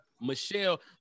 Michelle